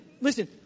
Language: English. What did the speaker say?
listen